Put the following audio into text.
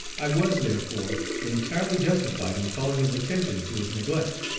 i was therefore entirely justified in calling his attention to his neglect.